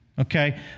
Okay